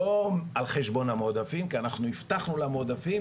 לא על חשבון המועדפים, כי אנחנו הבטחנו למועדפים